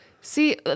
See